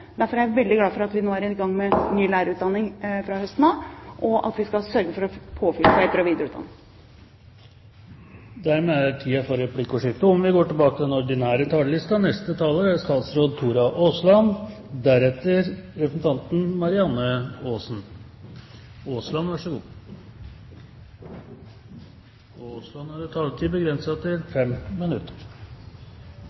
Derfor er jeg veldig glad for at vi nå er i gang med ny lærerutdanning fra høsten av, og at vi skal sørge for påfyll i etter- og videreutdanning. Replikkordskiftet er omme. For første gang behandler Stortinget en melding som gir et helhetlig grunnlag for planer og tiltak for å møte framtidens kompetansebehov. Utgangspunktet er